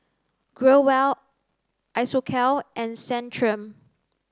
Growell Isocal and Centrum